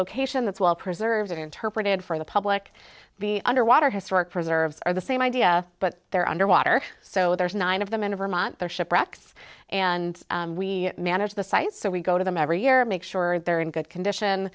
location that's well preserved and interpreted for the public be underwater historic preserves are the same idea but they're underwater so there's nine of them in vermont they're shipwrecks and we manage the site so we go to them every year make sure they're in good condition